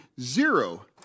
zero